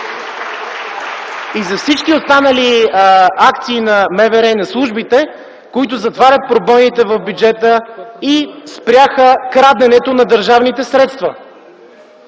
И за всички останали акции на МВР и на службите, които затварят пробойните в бюджета и спряха краденето на държавните средства!